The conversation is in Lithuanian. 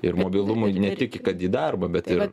ir mobilumui ne tik kad į darbą bet ir